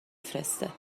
فرسته